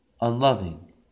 unloving